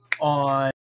on